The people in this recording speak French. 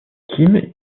kim